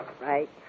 Right